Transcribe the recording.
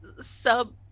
sub